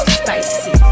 spicy